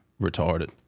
retarded